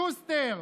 שוסטר,